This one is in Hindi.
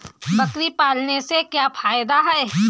बकरी पालने से क्या फायदा है?